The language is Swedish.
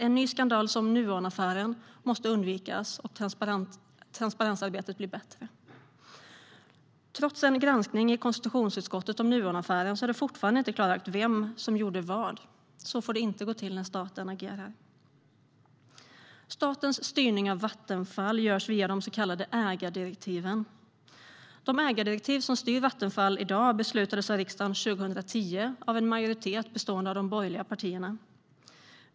En ny skandal som Nuonaffären måste undvikas, och transparensarbetet måste bli bättre. Trots en granskning i konstitutionsutskottet är det fortfarande inte klarlagt vem som gjorde vad. Så får det inte gå till när staten agerar. Statens styrning av Vattenfall sker via de så kallade ägardirektiven. De ägardirektiv som styr Vattenfall i dag beslutades av riksdagen 2010, av en majoritet bestående av de borgerliga partierna.